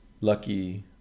lucky